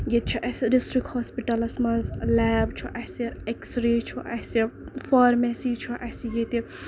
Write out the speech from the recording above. ییٚتہِ چھُ اَسہِ ڈِسٹرک ہوسپِٹلس منٛز لیب چھُ اَسہِ اٮ۪کٔسرے چھُ اَسہِ فارمیسی چھُ اَسہِ ییٚتہِ